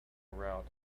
rout